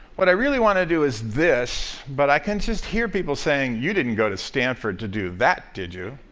what i really want to do is this, but i can't just hear people saying, you didn't go to stanford to do that, did you